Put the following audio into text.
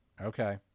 Okay